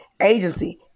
Agency